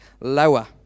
Lower